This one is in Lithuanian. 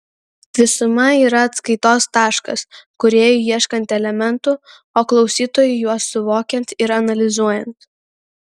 visuma yra atskaitos taškas kūrėjui ieškant elementų o klausytojui juos suvokiant ir analizuojant